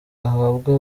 ahabwa